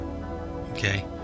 Okay